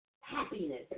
happiness